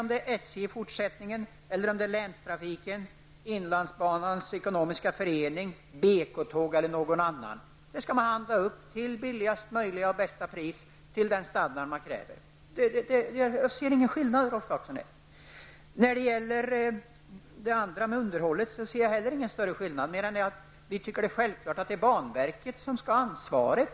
Om det sedan blir SJ, länstrafiken, tåg eller eller någon annan som sköter det i fortsättningen, skall man handla upp de till lägsta möjliga och bästa pris med den standard som krävs. Jag ser ingen skillnad där, Rolf Clarkson. När det gäller underhållet ser jag inte heller någon större skillnad mer än att vi tycker att det självklart är banverket som skall ha ansvaret.